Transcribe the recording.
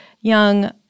young